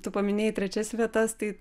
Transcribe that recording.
tu paminėjai trečias vietas tai